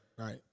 Right